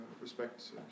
respect